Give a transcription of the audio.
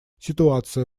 ситуация